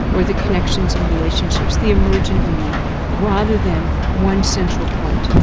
or the connections and relationships, the emergent meaning rather than one central point.